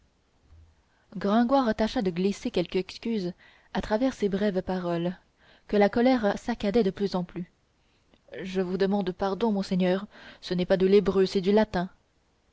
gringoire tâcha de glisser quelque excuse à travers ces brèves paroles que la colère saccadait de plus en plus je vous demande pardon monseigneur ce n'est pas de l'hébreu c'est du latin